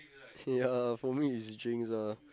ya for me is drinks ah